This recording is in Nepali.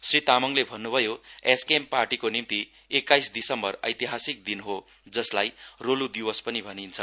श्री तामाङले भन्नुभयो एसकेएम पार्टीको निम्ति एक्काइस दिसम्बर एतिहासिक दिन हो जसलाई रोल् दिवस पनि भनिन्छ